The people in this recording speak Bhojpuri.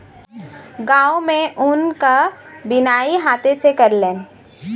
गांव में ऊन क बिनाई हाथे से करलन